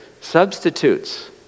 substitutes